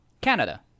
Canada